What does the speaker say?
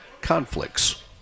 conflicts